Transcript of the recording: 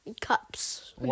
cups